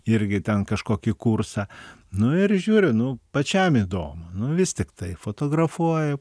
irgi ten kažkokį kursą nu ir žiūriu nu pačiam įdomu nu vis tiktai fotografuoji